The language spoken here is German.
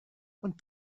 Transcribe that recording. und